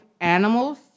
animals